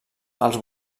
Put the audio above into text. als